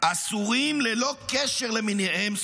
--- אסורים ללא קשר למניעיהם".